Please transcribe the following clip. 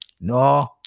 no